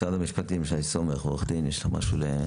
משרד המשפטים, שי סומך, עו"ד, יש לך משהו?